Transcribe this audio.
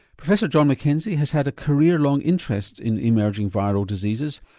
professor john mackenzie has had a career-long interest in emerging viral diseases.